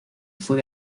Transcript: fue